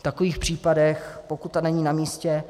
V takových případech pokuta není namístě.